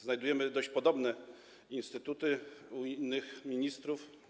Znajdujemy dość podobne instytuty u innych ministrów.